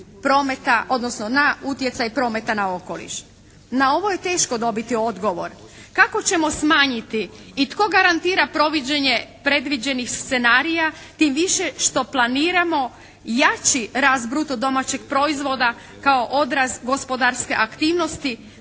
odnosno na utjecaj prometa na okoliš. Na ovo je teško dobiti odgovor. Kako ćemo smanjiti i tko garantira proviđenje predviđenih scenarija, tim više što planiramo jači rast bruto domaćeg proizvoda kao odraz gospodarske aktivnosti